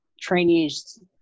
trainees